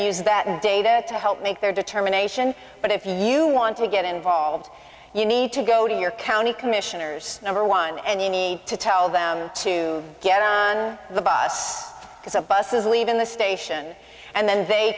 to use that data to help make their determination but if you want to get involved you need to go to your county commissioners number one and you need to tell them to get on the bus because a bus is leaving the station and then they